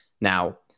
Now